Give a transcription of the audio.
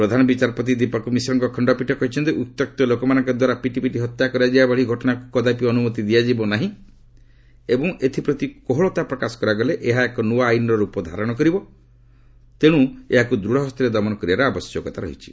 ପ୍ରଧାନ ବିଚାରପତି ଦୀପକ ମିଶ୍ରଙ୍କ ଖଣ୍ଡପୀଠ କହିଛନ୍ତି ଉତ୍ୟକ୍ତ ଲୋକମାନଙ୍କ ଦ୍ୱାରା ପିଟିପିଟି ହତ୍ୟା କରାଯିବା ଭଳି ଘଟଣାକ୍ତ କଦାପି ଅନୁମତି ଦିଆଯିବ ନାହିଁ ଏବଂ ଏଥିପ୍ରତି କୋହଳତା ପ୍ରକାଶ କରାଗଲେ ଏହା ଏକ ନ୍ନଆ ଆଇନ୍ର ରୂପ ଧାରଣ କରିବ ଏଣୁ ଏହାକୁ ଦୂତ ହସ୍ତରେ ଦମନ କରିବା ଆବଶ୍ୟକତା ରହିଛି